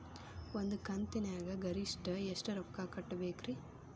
ಒಂದ್ ಕಂತಿನ್ಯಾಗ ಗರಿಷ್ಠ ಎಷ್ಟ ರೊಕ್ಕ ಕಟ್ಟಬೇಕ್ರಿ?